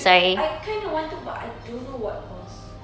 eh I kind of want to but I don't know what course